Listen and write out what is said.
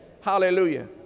Hallelujah